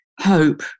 Hope